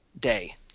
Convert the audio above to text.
day